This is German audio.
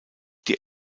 die